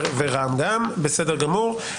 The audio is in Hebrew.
ורע"מ גם, בסדר גמור.